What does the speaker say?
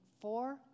four